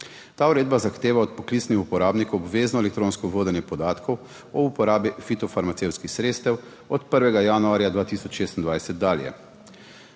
Ta uredba zahteva od poklicnih uporabnikov obvezno elektronsko vodenje podatkov o uporabi fitofarmacevtskih sredstev od 1. januarja 2026 dalje.